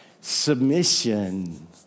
submission